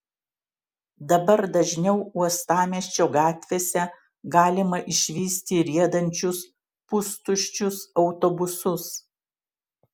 dabar dažniau uostamiesčio gatvėse galima išvysti riedančius pustuščius autobusus